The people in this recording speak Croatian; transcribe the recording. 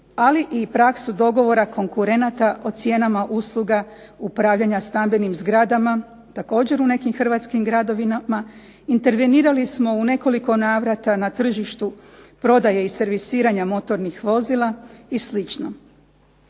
ali i praksu dogovora konkurenata o cijenama usluga upravljanja stambenim zgradama također u nekim hrvatskim gradovima. Intervenirali smo u nekoliko navrata na tržištu prodaje i servisiranja motornih vozila i